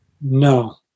No